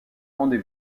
rendez